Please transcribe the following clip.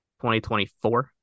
2024